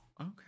Okay